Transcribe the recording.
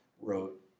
wrote